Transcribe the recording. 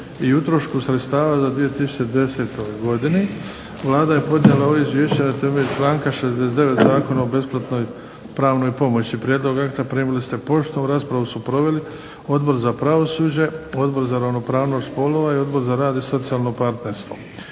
i utrošku sredstava u 2010. godini Vlada je podnijela ovo Izvješće na temelju članka 69. Zakona o besplatnoj pravnoj pomoći. Prijedlog akta primili ste poštom. Raspravu su proveli Odbor za pravosuđe, Odbor za ravnopravnost spolova i Odbor za rad i socijalno partnerstvo.